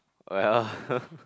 well